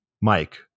Mike